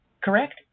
Correct